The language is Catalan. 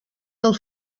del